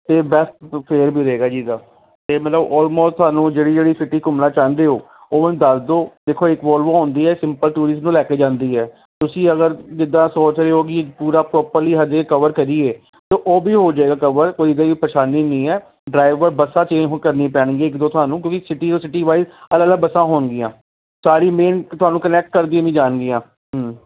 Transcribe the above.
ਅਤੇ best fare ਮਿਲੇਗਾ ਜੀ ਇਹਦਾ ਅਤੇ ਮਤਲਬ ਆਲਮੋਸਟ ਤੁਹਾਨੂੰ ਜਿਹੜੀ ਜਿਹੜੀ ਸਿਟੀ ਘੁੰਮਣਾ ਚਾਹੁੰਦੇ ਹੋ ਉਹ ਮੈਨੂੰ ਦੱਸ ਦੋ ਦੇਖੋ ਇੱਕ ਵੋਲਵੋ ਹੁੰਦੀ ਹੈ ਸਿੰਪਲ ਟੂਰਿਸਟ ਨੂੰ ਲੈ ਕੇ ਜਾਂਦੀ ਹੈ ਤੁਸੀਂ ਅਗਰ ਜਿੱਦਾਂ ਸੋਚ ਰਹੇ ਹੋ ਕਿ ਪੂਰਾ ਪ੍ਰੋਪਰਲੀ ਹਜੇ ਕਵਰ ਕਰੀਏ ਅਤੇ ਉਹ ਹੋ ਜਾਏਗਾ ਕਵਰ ਕੋਈ ਇੱਦਾਂ ਦੀ ਪਰੇਸ਼ਾਨੀ ਨਹੀਂ ਹੈ ਡਰਾਈਵਰ ਬੱਸਾਂ ਚੇਂਜ ਕਰਨੀਆਂ ਪੈਣਗੀਆਂ ਇੱਕ ਦੋ ਤੁਹਾਨੂੰ ਕਿਉਂਕਿ ਸਿਟੀ ਓ ਸਿਟੀ ਵਾਈਜ਼ ਅਲੱਗ ਅਲੱਗ ਬੱਸਾਂ ਹੋਣਗੀਆਂ ਸਾਰੀ ਮੇਨ ਇੱਕ ਤੁਹਾਨੂੰ ਕੋਨੈਕਟ ਕਰਦੀ ਨਹੀਂ ਜਾਣਗੀਆਂ